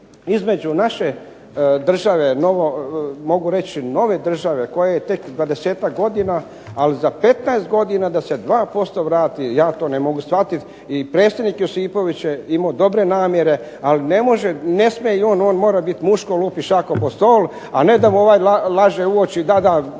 između naše države, mogu reći nove države koja je tek 20-ak godina ali za 15 godina da se 2% vrati. Ja to ne mogu shvatiti. I predsjednik Josipović je imao dobre namjere, ne smije i on mora biti muško i lupiti šakom o stol, a ne da mu ovaj laže u oči, da, da